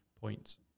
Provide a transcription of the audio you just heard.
points